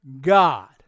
god